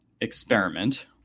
experiment